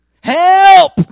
Help